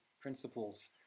principles